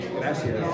gracias